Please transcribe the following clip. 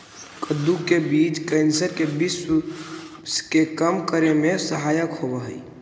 कद्दू के बीज कैंसर के विश्व के कम करे में सहायक होवऽ हइ